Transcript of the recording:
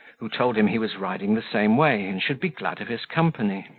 who told him he was riding the same way, and should be glad of his company.